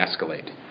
escalate